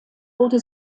wurde